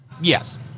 Yes